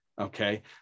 Okay